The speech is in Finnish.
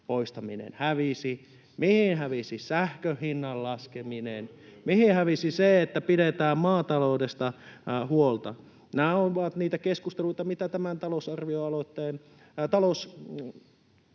täyspoistaminen hävisi, mihin hävisi sähkön hinnan laskeminen, mihin hävisi se, että pidetään maataloudesta huolta? Nämä ovat niitä keskusteluita, mitä tämän talousarviokeskustelun